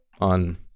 on